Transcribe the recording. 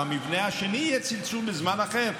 במבנה השני יהיה צלצול בזמן אחר,